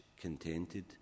contented